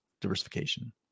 diversification